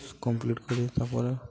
complete କରି ତାପରେ